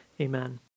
Amen